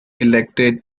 elected